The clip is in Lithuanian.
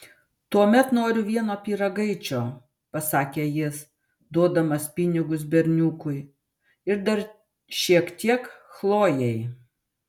tuomet noriu vieno pyragaičio pasakė jis duodamas pinigus berniukui ir dar šiek tiek chlojei